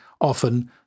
often